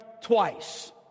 twice